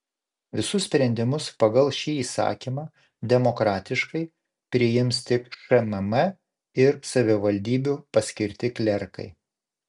visus sprendimus pagal šį įsakymą demokratiškai priims tik šmm ir savivaldybių paskirti klerkai